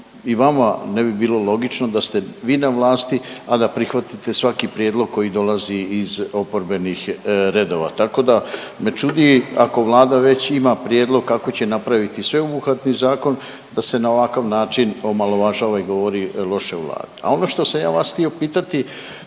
i vama ne bi bilo logično da ste vi na vlasti, a da prihvatite svaki prijedlog koji dolazi iz oporbenih redova, tako da me čudi ako Vlada već ima prijedlog kako će napraviti sveobuhvatni zakon da se na ovakav način omalovažava i govori loše o Vladi. A ono što sam ja vas htio pitati